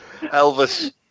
Elvis